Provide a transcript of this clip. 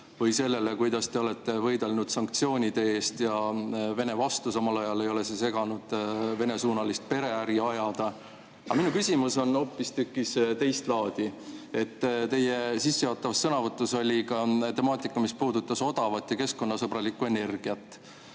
või sellele, kuidas te olete võidelnud sanktsioonide eest ja Venemaa vastu, samal ajal ei ole see teil seganud Vene-suunalist pereäri ajada. Aga minu küsimus on hoopistükkis teist laadi. Teie sissejuhatavas sõnavõtus oli ka temaatika, mis puudutas odavat ja keskkonnasõbralikku energiat.